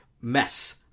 mess